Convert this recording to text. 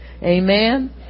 Amen